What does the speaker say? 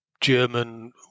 German